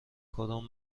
کدوم